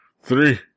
three